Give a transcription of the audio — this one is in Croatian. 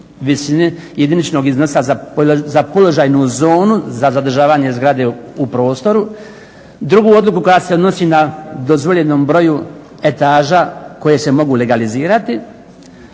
visini jediničnog iznosa za položajnu zonu, za zadržavanje zgrade u prostoru. Drugu odluku koja se odnosi na dozvoljenom broju etaža koje se mogu legalizirati